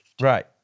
Right